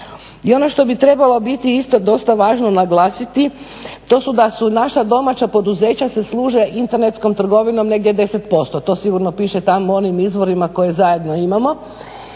i ono što bi trebalo biti isto dosta važno naglasiti, to su da su naša domaća poduzeća se služe internetskom trgovinom negdje 10%, to sigurno piše tamo u onim izvorima koje zajedno imamo